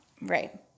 Right